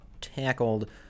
tackled